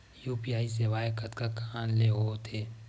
UPI सेवाएं कतका कान ले हो थे?